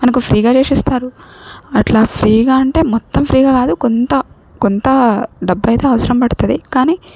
మనకు ఫ్రీగా చేసేస్తారు అట్లా ఫ్రీగా అంటే మొత్తం ఫ్రీగా కాదు కొంత కొంత డబ్బయితే అవసరం పడతది కానీ